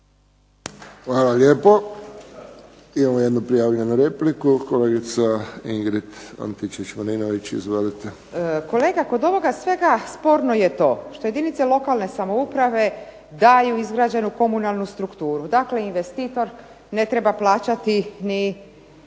Hvala lijepo. Imamo jednu prijavljenu repliku, kolegica Ingrid Antičević Marinović. Izvolite. **Antičević Marinović, Ingrid (SDP)** Kolega, kod ovoga svega sporno je to što jedinice lokalne samouprave daju izgrađenu komunalnu strukturu, dakle investitor ne treba plaćati ni